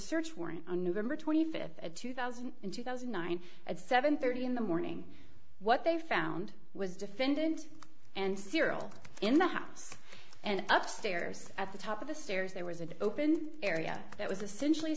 search warrant on november twenty fifth two thousand in two thousand and nine at seven thirty in the morning what they found was defendant and serial in the house and up stairs at the top of the stairs there was an open area that was essentially